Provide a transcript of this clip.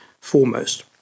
foremost